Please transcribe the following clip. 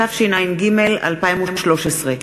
התשע"ג 2013,